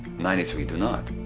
ninety three do not.